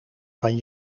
van